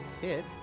hit